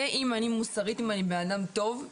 זה אם אני מוסרית, אם אני בן אדם טוב.